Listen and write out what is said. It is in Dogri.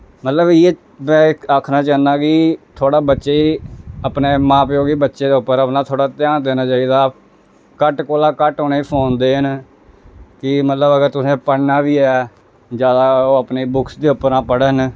मतलब इ'यै में इक आक्खना चाह्न्नां कि थोह्ड़ा बच्चे गी अपने मां प्यो गी बच्चे दे उप्पर अपना थ्होड़ा ध्यान देना चाहिदा घट्ट कोला घट्ट उ'नेंगी फोन देन कि मतलब अगर तुसें पढ़ना बी ऐ जादा ओह् अपनी बुक्स दे उप्परा पढ़न